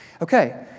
Okay